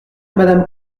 madame